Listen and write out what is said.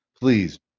Please